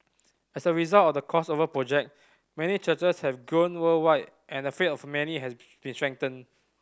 as a result of the Crossover Project many churches have grown worldwide and the faith of many has been strengthened